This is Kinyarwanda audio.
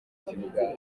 kibuga